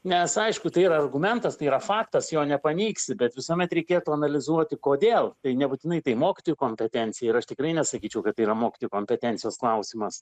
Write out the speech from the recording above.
nes aišku tai yra argumentas tai yra faktas jo nepaneigsi bet visuomet reikėtų analizuoti kodėl tai nebūtinai tai mokytojų kompetencija ir aš tikrai nesakyčiau kad tai yra mokytojų kompetencijos klausimas